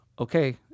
okay